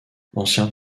ancien